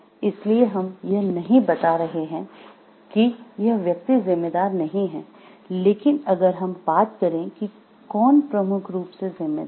इसलिए हम यह नहीं बता रहे हैं कि यह व्यक्ति ज़िम्मेदार नहीं है लेकिन अगर हम बात करें कि कौन प्रमुख रूप से जिम्मेदार है